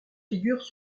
figures